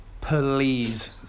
please